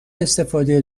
استفاده